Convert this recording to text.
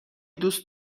دوست